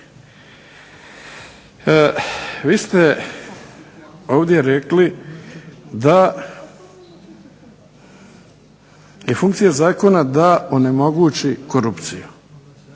Vi ste ovdje rekli da je funkcija zakona da onemogući korupciju.